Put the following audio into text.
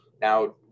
Now